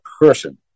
person